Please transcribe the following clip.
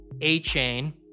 A-Chain